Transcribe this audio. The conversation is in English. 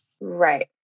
Right